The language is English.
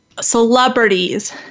celebrities